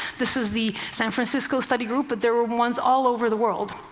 this is the san francisco study group, but there were ones all over the world.